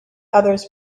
others